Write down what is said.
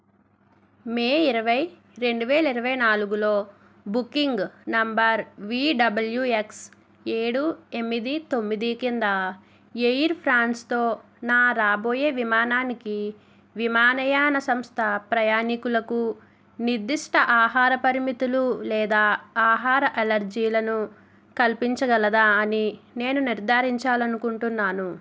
మే ఇరవై రెండు వేల ఇరవై నాలుగులో booking number V W X ఏడు ఎమ్మిది తొమ్మిది కింద ఎయిర్ ఫ్రాన్స్తో నా రాబోయే విమానానికి విమానయాన సంస్థ ప్రయాణికులకు నిర్దిష్ట ఆహార పరిమితులు లేదా ఆహార అలెర్జీలను కల్పించగలదా అని నేను నిర్ధారించాలి అనుకుంటున్నాను